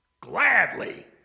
Gladly